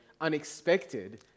unexpected